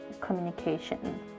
communication